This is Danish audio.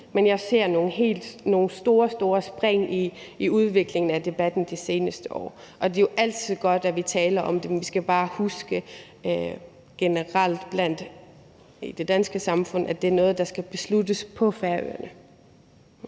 men jeg ser nogle store, store spring i udviklingen i debatten de seneste år. Det er jo altid godt, at vi taler om det, men vi skal generelt i det danske samfund bare huske, at det er noget, der skal besluttes på Færøerne.